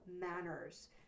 manners